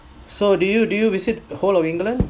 so do you do you visit whole of england